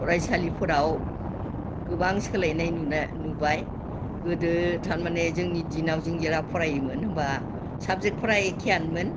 फरायसालिफोराव गोबां सोलायनाय नुनाय नुबाय गोदो थारमाने जोंनि दिनाव जों जेला फरायोमोन होमब्ला साबजेक्टफोरा एखेयानोमोन